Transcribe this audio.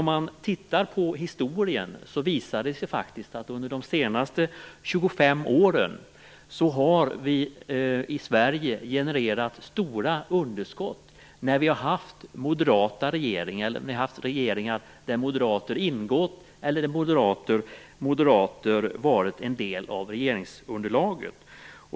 Om man tittar på historien visar det sig faktiskt att vi i Sverige under de senaste 25 åren har genererat stora underskott när vi har haft moderata regeringar eller regeringar där moderater ingått eller varit en del av regeringsunderlaget.